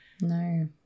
No